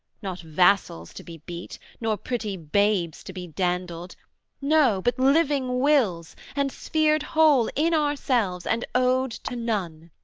not vassals to be beat, nor pretty babes to be dandled no, but living wills, and sphered whole in ourselves and owed to none.